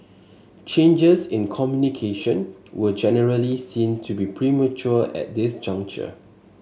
changes in communication were generally seen to be premature at this juncture